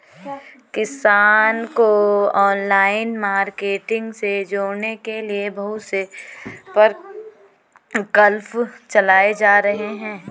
किसानों को online marketing से जोड़ने के लिए बहुत से प्रकल्प चलाए जा रहे हैं